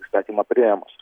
įstatymą priėmus